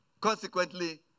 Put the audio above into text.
consequently